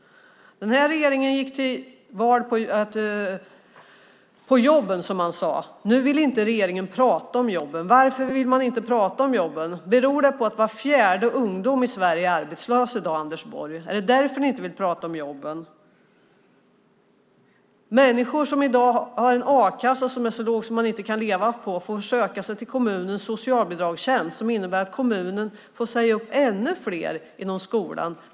Den här regeringen gick till val på jobben, som man sade. Nu vill inte regeringen prata om jobben. Varför vill man inte prata om jobben? Beror det på att var fjärde ung människa i Sverige är arbetslös i dag, Anders Borg? Är det därför ni inte vill prata om jobben? Människor som i dag har en a-kassa som är så låg att de inte kan leva på den får söka sig till kommunens socialbidragstjänst, vilket innebär att kommunen får säga upp ännu fler inom skolan.